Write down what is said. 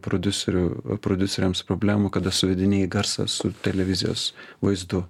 prodiuserių prodiuseriams problemų kada suvedinėji garsą su televizijos vaizdu